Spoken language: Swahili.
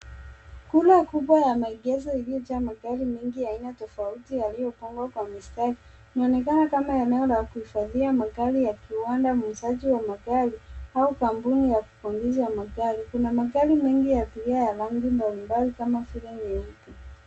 Kura kubwa ya maegesho iliyojaa magari mengi ya aina tofauti yaliyopangwa kwa mistari. Inaonekana kama eneo la kuhifadhia magari ya kiwanda, muuzaji wa magari au kampuni ya kutengeneza magari. Kuna magari mengi ya abiria ya rangi mbalimbali kama vile nyeupe.